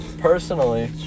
Personally